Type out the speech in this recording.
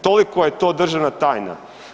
Toliko je to državna tajna.